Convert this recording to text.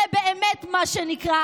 זה באמת מה שנקרא,